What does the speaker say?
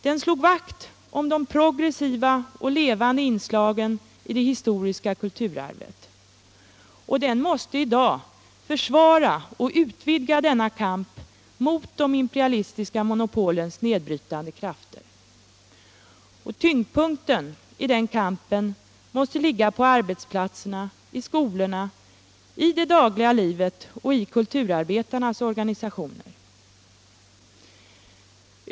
Den slog vakt om de progressiva och levande inslagen i det historiska kulturarvet. Den måste i dag försvara vad som uppnåtts och utvidga kampen mot de imperialistiska monopolens nedbrytande krafter. Tyngdpunkten i den kampen måste ligga på arbetsplatserna, i skolorna, i det dagliga livet och i kulturarbetarnas organisationer.